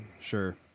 Sure